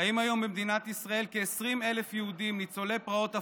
חיים היום במדינת ישראל כ-20,000 יהודים ניצולי פרעות הפרהוד,